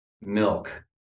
milk